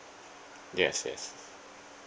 yes yes